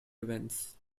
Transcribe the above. events